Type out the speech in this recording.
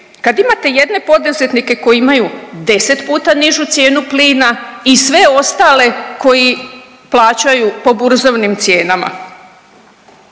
kad imate jedne poduzetnike koji imaju 10 puta nižu cijenu plina i sve ostale koji plaćaju po burzovnim cijenama.